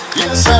yes